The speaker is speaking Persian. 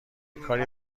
کاری